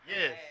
Yes